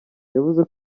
yavuze